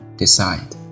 decide